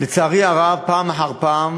לצערי הרב, פעם אחר פעם,